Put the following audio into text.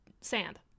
sand